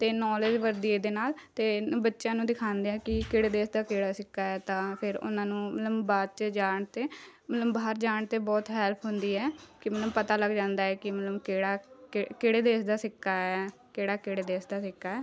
ਅਤੇ ਨੌਲੇਜ ਵੀ ਵੱਧਦੀ ਇਹਦੇ ਨਾਲ ਅਤੇ ਬੱਚਿਆਂ ਨੂੰ ਦਿਖਾਉਂਦੇ ਹਾਂ ਕਿ ਕਿਹੜੇ ਦੇਸ਼ ਦਾ ਕਿਹੜਾ ਸਿੱਕਾ ਹੈ ਤਾਂ ਫਿਰ ਉਹਨਾਂ ਨੂੰ ਮਤਲਬ ਬਾਅਦ 'ਚ ਜਾਣ 'ਤੇ ਮਤਲਬ ਬਾਹਰ ਜਾਣ 'ਤੇ ਬਹੁਤ ਹੈਲਪ ਹੁੰਦੀ ਹੈ ਕਿ ਮੈਨੂੰ ਪਤਾ ਲੱਗ ਜਾਂਦਾ ਹੈ ਕਿ ਮੈਨੂੰ ਕਿਹੜਾ ਕਿ ਕਿਹੜੇ ਦੇਸ਼ ਦਾ ਸਿੱਕਾ ਹੈ ਕਿਹੜਾ ਕਿਹੜੇ ਦੇਸ਼ ਦਾ ਸਿੱਕਾ